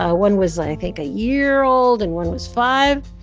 ah one was, i think, a year old, and one was five.